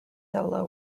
solo